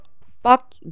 fuck